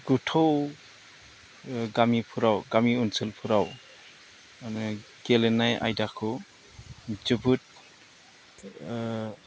गोथौ गामिफोराव गामि ओनसोलफोराव माने गेलेनाय आयदाखौ जोबोद